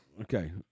Okay